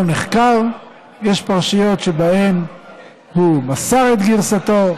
נחקר יש פרשיות שבהן הוא מסר את גרסתו,